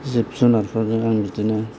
जिब जुनारफोरजों आं बिदिनो